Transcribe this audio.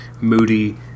moody